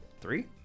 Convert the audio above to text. Three